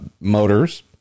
motors